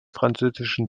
französischen